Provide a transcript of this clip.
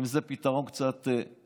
אם זה פתרון קצת ארצי,